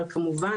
אנחנו תמיד